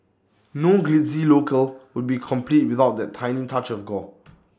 no glitzy locale would be complete without that tiny touch of gore